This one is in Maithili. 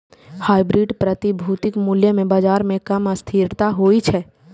हाइब्रिड प्रतिभूतिक मूल्य मे बाजार मे कम अस्थिरता होइ छै